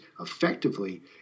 effectively